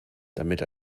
damit